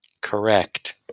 Correct